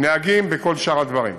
נהגים וכל שאר הדברים.